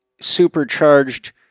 supercharged